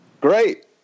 Great